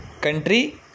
Country